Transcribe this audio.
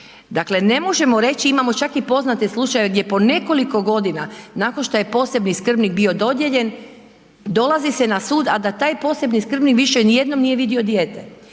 Dakle, ne možemo reći, imamo čak i poznate slučajeve gdje po nekoliko godina nakon što je posebni skrbnik bio dodijeljen, dolazi se na sud a da taj posebni skrbnik više nijedno, nije vidio dijete.